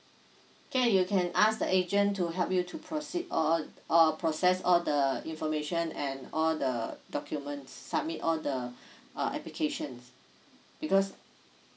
can you can ask the agent to help you to proceed or or process all the information and all the documents submit all the uh applications because